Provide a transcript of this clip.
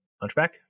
hunchback